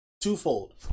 Twofold